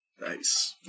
Nice